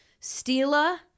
Stila